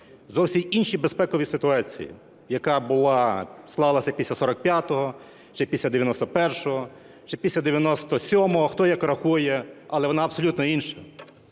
зовсім іншій безпековій ситуації, яка була, склалася після 45-го чи після 91-го, чи після 97-го, хто як рахує, але вона абсолютно інша.